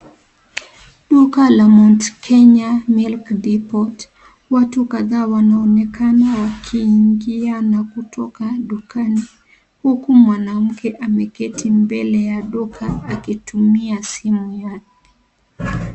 Duka la Mt Kenya Milk Depot, watu kadhaa wanaonekana wakiingia na kutoka dukani. Huku mwanamke ameketi mbele ya duka akitumia simu yake.